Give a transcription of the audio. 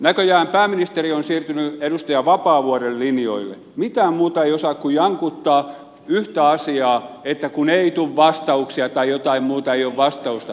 näköjään pääministeri on siirtynyt edustaja vapaavuoren linjoille mitään muuta ei osaa kuin jankuttaa yhtä asiaa että kun ei tule vastauksia tai jotain muuta ei ole vastausta